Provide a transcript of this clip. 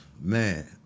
man